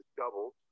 doubled